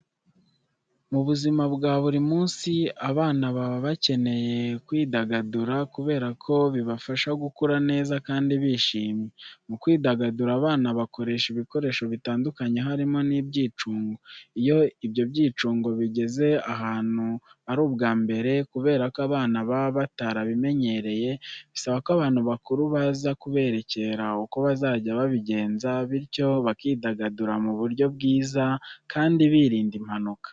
Mubuzima bwa burimunsi, abana baba bakeneye kwidagadura kuberako bibafasha gukura neza kandi bishimye. Mukwidagadura, abana bakoresha ibikoresho bitandukanye harimo n'ibyicungo. Iyo ibyo byicungo bigeze ahantu ari ubwambere, kuberako abana baba batabimenyereye, bisaba ko abantu bakuru baza kuberekera uko bazajya babigenza, bityo bakidagadura muburyo bwiza kandi birinda impanuka.